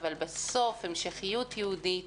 אבל בסוף המשכיות יהודית